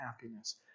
happiness